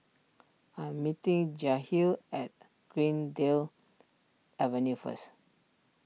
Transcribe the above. I am meeting Jahiem at Greendale Avenue first